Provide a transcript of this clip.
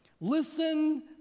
listen